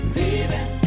leaving